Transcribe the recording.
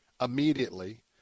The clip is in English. immediately